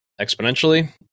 exponentially